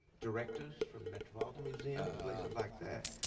directors from metropolitan museum and places like that.